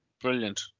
brilliant